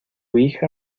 hija